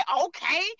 okay